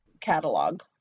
catalog